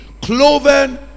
Cloven